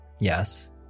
yes